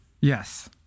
Yes